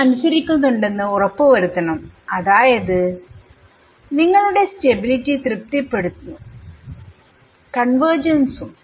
ഇത് അനുസരിക്കുന്നുണ്ടെന്ന് ഉറപ്പ് വരുത്തണം അതായത് നിങ്ങളുടെ സ്റ്റബിലിറ്റി തൃപ്തിപ്പെടുന്നു കൺവെർജെൻസും